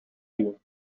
you